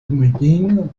féminine